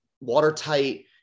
watertight